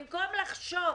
במקום לחשוב